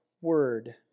word